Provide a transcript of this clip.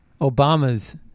Obama's